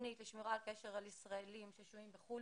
התוכנית לשמירה על קשר עם ישראלים ששוהים בחו"ל ,